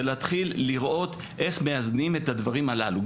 להתחיל לראות איך מאזנים את הדברים הללו.